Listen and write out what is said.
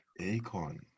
Acorn